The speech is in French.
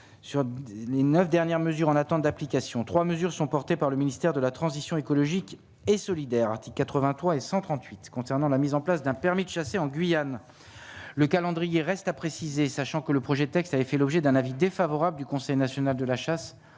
Sur les 9 dernières mesures en attente d'application 3 mesures sont portées par le ministère de la transition écologique et solidaire, article 83 et 138 concernant la mise en place d'un permis chassé en Guyane, le calendrier reste à préciser, sachant que le projet de texte avait fait l'objet d'un avis défavorable du Conseil national de la chasse